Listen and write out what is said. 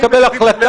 האם אפשר לקבל החלטה?